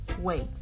Wait